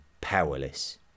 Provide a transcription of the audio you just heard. powerless